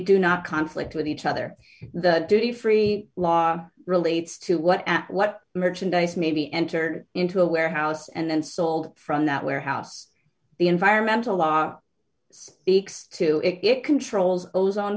do not conflict with each other the duty free law relates to what at what merchandise may be entered into a warehouse and then sold from that warehouse the environmental law speaks to it it controls ozone